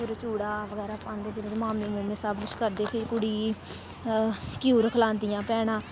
फिर चूड़ा बगैरा पांदे मामे मोमे सब किश करदे फ्ही कुड़ गी घ्यूर खलांदिया भैना